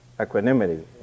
equanimity